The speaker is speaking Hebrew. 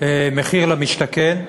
מחיר למשתכן.